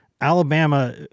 Alabama